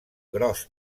gros